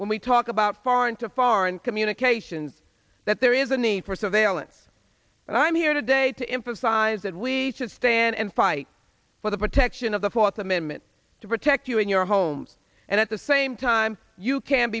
when we talk about foreign to foreign commune cations that there is a need for surveillance and i'm here today to emphasize that we should stand and fight for the protection of the fourth amendment to protect you in your home and at the same time you can